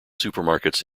supermarkets